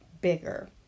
bigger